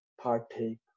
partake